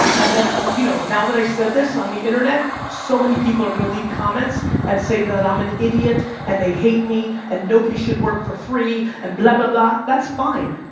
and then, you know now that i said this on the internet, so many people are going to leave comments and say that i'm an idiot and they hate me and nobody should work for free and blah, blah, blah. that's fine.